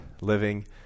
living